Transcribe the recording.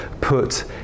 put